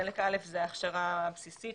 חלק א' זה ההכשרה הבסיסית,